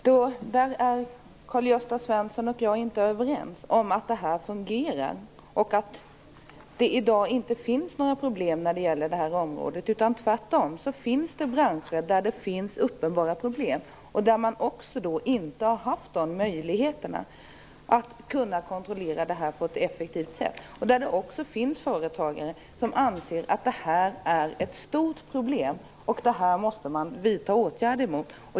Fru talman! Där är Karl-Gösta Svenson och jag inte överens om att det fungerar bra och att det i dag inte finns några problem på det här området. Tvärtom finns det branscher som har uppenbara problem och där man inte haft möjligheterna att kontrollera på ett effektivt sätt. Det finns företagare som anser att det här är ett stort problem som man måste vidta åtgärder mot.